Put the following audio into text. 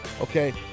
Okay